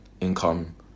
income